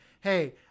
hey